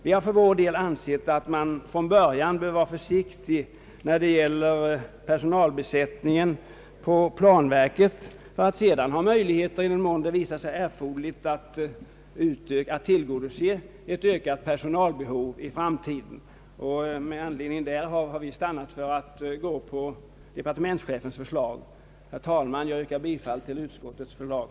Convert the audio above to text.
Vi för vår del anser att man bör vara försiktig i början när det gäller personalbesättningen hos planverket för att ha möjligheter att tillgodose ett ökat personalbehov i framtiden, i den mån det visar sig erforderligt. Med anledning därav har vi stannat för departementschefens förslag. Herr talman! Jag yrkar bifall till utskottets förslag.